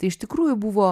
tai iš tikrųjų buvo